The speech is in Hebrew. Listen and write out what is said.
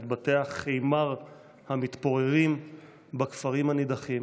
את בתי החמר המתפוררים בכפרים הנידחים,